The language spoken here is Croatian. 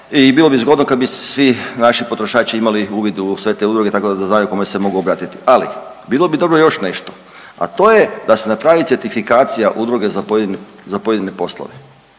i bilo bi zgodno kad bi se svi naši potrošači imali uvid u sve te udruge tako da znaju kome se mogu obratiti. Ali bilo bi dobro još nešto, a to je da se napravi certifikacija udruge za pojedine poslove,